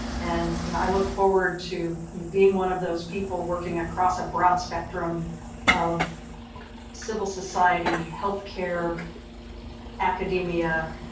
and you know i look forward to being one of those people working across a broad spectrum of civil society, healthcare academia,